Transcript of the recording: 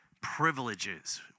privileges